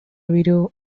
riddle